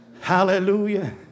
Hallelujah